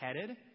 headed